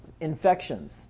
Infections